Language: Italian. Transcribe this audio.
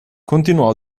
continuò